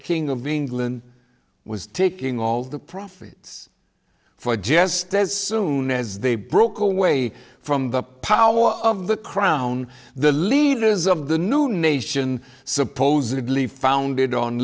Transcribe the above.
king of england was taking all the profits for jest as soon as they broke away from the power of the crown the leaders of the new nation supposedly founded on